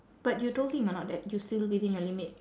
but you told him or not that you still within your limit